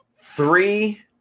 three